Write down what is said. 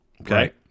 Okay